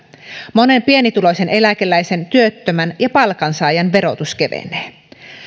monen pienituloisen eläkeläisen työttömän ja palkansaajan verotus kevenee